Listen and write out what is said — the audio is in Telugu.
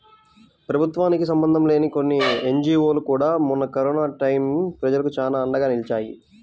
ప్రభుత్వానికి సంబంధం లేని కొన్ని ఎన్జీవోలు కూడా మొన్న కరోనా టైయ్యం ప్రజలకు చానా అండగా నిలిచాయి